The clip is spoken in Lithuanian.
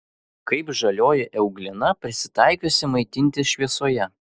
kaip žalioji euglena prisitaikiusi maitintis šviesoje